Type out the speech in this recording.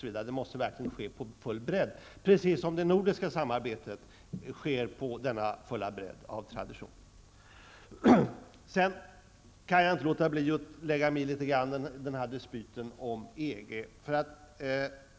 Samarbetet här måste verkligen ske på full bredd, precis som det nordiska samarbetet av tradition gör. Sedan kan jag inte låta bli att något lägga mig i dispyten om EG.